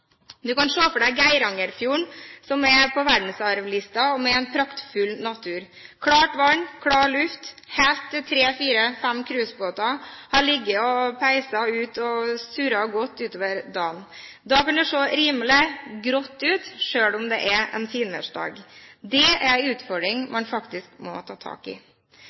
Du kan se for deg Geirangerfjorden, som er på verdensarvlisten, med en praktfull natur: Klart vann, klar luft – helt til tre-–fire–fem cruisebåter har ligget og surret og gått utover dagen. Da kan det se rimelig grått ut, selv om det er en finværsdag. Det er en utfordring man faktisk må ta tak i.